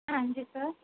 ਹਾਂਜੀ ਸਰ